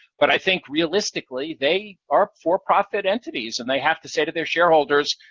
but i think realistically, they are for-profit entities, and they have to say to their shareholders,